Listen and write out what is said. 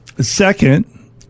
Second